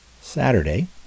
Saturday